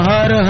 Har